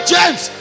James